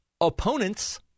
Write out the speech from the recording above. opponents